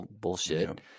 bullshit